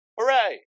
Hooray